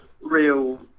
real